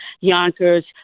yonkers